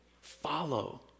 follow